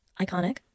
iconic